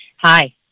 Hi